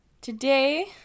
Today